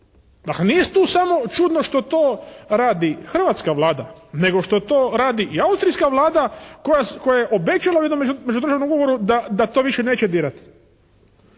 Dakle nije tu samo čudno što to radi hrvatska Vlada, nego što to radi i austrijska Vlada koja je obećala u jednom međudržavnom ugovoru da to više neće dirati.